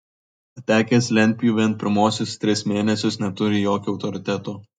patekęs lentpjūvėn pirmuosius tris mėnesius neturi jokio autoriteto